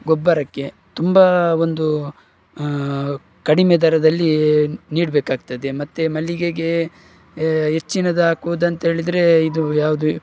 ಗೊಬ್ಬರಕ್ಕೆ ತುಂಬ ಒಂದು ಕಡಿಮೆ ದರದಲ್ಲಿಯೆ ನೀಡಬೇಕಾಗ್ತದೆ ಮತ್ತೆ ಮಲ್ಲಿಗೆಗೆ ಹೆಚ್ಚಿನದ್ ಹಾಕುದಂತೇಳಿದ್ರೆ ಇದು ಯಾವುದು